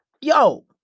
yo